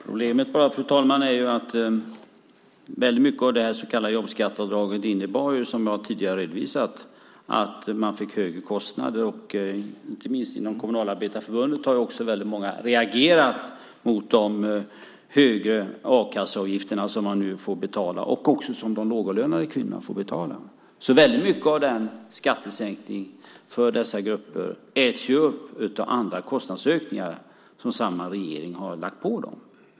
Fru talman! Problemet är att väldigt mycket av detta så kallade jobbskatteavdrag innebar, som jag tidigare har redovisat, att man fick högre kostnader. Inte minst inom Kommunalarbetareförbundet har väldigt många reagerat mot de högre a-kasseavgifterna som man nu får betala och som också de lågavlönade kvinnorna får betala. Väldigt mycket av skattesänkningen för dessa grupper äts alltså upp av kostnadsökningar som samma regering har lagt på dem.